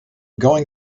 going